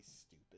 stupid